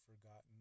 forgotten